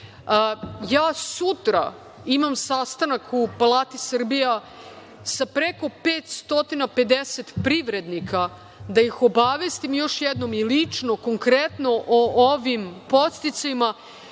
moguće. Sutra imam sastanak u Palati Srbija sa preko 550 privrednika da ih obavestim još jednom lično, konkretno o ovim podsticajima